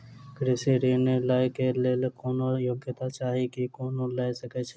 कृषि ऋण लय केँ लेल कोनों योग्यता चाहि की कोनो लय सकै है?